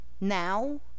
now